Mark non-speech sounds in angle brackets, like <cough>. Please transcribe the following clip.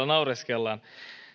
<unintelligible> naureskellaan